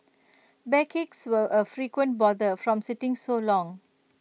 backaches were A frequent bother from sitting so long